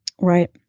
Right